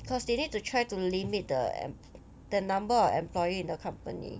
because they need to try to limit the and the number of employee in the company